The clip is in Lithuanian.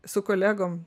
su kolegom